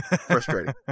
Frustrating